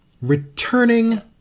Returning